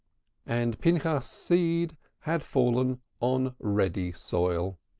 and pinchas's seed had fallen on ready soil.